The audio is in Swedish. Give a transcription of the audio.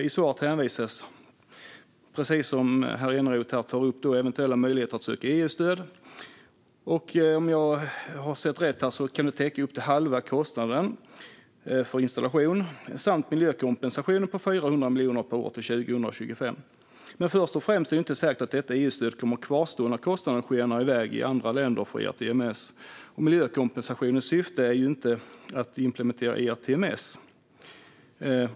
I svaret hänvisas till eventuella möjligheter att söka EU-stöd, som Eneroth tog upp och som, om jag har sett rätt, kan täcka upp till halva kostnaden för installationen, samt till miljökompensationen på 400 miljoner per år till 2025. Men först och främst är det inte säkert att EU-stödet kommer att kvarstå när kostnaden för ERTMS skenar i väg i andra länder, och miljökompensationens syfte är ju inte att implementera ERTMS.